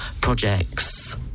projects